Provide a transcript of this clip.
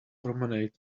promenade